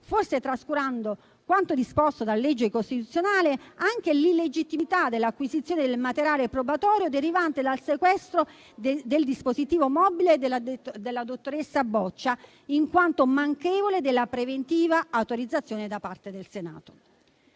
forse trascurando quanto disposto dalla legge costituzionale, anche l'illegittimità dell'acquisizione del materiale probatorio derivante dal sequestro del dispositivo mobile dell'addetto della dottoressa Boccia, in quanto manchevole della preventiva autorizzazione da parte del Senato.